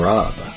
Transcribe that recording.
Rob